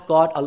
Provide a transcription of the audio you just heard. God